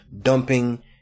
dumping